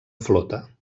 flota